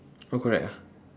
all correct ah